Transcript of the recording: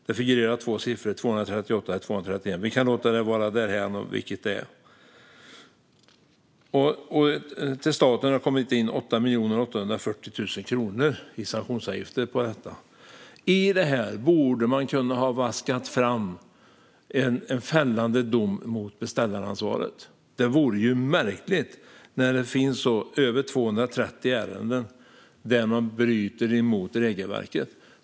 Två uppgifter figurerar: 238 och 231. Vi kan låta det vara osagt vilken uppgift som är rätt. Till staten har det kommit in 8 840 000 kronor i sanktionsavgifter för detta. Ur detta borde man ha kunnat vaska fram en fällande dom i fråga om beställaransvaret. Det vore annars märkligt eftersom det finns över 230 ärenden där man brutit mot regelverket.